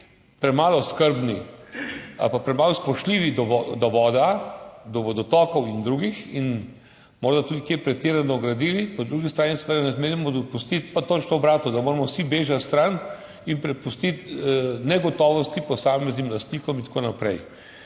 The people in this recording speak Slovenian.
premalo skrbni ali pa premalo spoštljivi do vodotokov in drugega in morda tudi kje pretirano gradili, po drugi strani seveda ne smemo dopustiti točno obratnega, da moramo vsi bežati stran in prepustiti negotovost posameznim lastnikom in tako naprej.